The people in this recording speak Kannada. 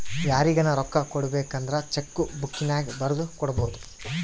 ಯಾರಿಗನ ರೊಕ್ಕ ಕೊಡಬೇಕಂದ್ರ ಚೆಕ್ಕು ಬುಕ್ಕಿನ್ಯಾಗ ಬರೆದು ಕೊಡಬೊದು